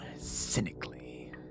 cynically